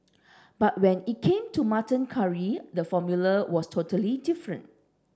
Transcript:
but when it came to mutton curry the formula was totally different